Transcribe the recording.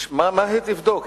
מה היא תבדוק,